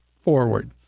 forward